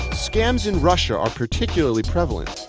scams in russia are particularly prevalent.